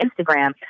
Instagram